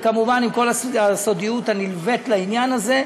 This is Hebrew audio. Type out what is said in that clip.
וכמובן עם כל הסודיות הנלווית לעניין הזה,